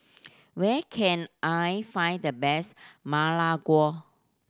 where can I find the best Ma Lai Gao